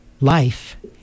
life